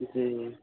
جی جی